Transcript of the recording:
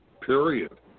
period